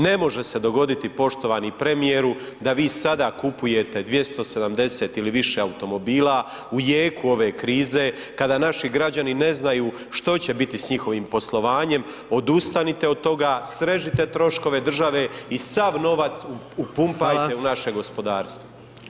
Ne može dogoditi poštovani premijeru, da vi sada kupujete 270 ili više automobila u jeku ove krize kada naši građani ne znaju što će biti s njihovim poslovanjem, odustanite od toga, srežite troškove države i sav novac upumpajte u naše gospodarstvo.